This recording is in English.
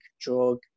drug